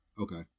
Okay